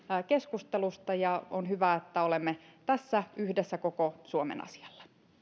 keskustelusta ja on hyvä että olemme tässä yhdessä koko suomen asialla